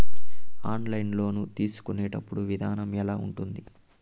online loan తీసుకునేటప్పుడు విధానం ఎలా ఉంటుంది